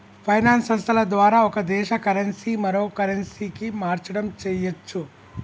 finance సంస్థల ద్వారా ఒక దేశ కరెన్సీ మరో కరెన్సీకి మార్చడం చెయ్యచ్చు